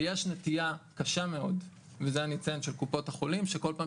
ויש נטיה קשה מאוד של קופות החולים שכל פעם